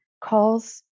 calls